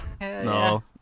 No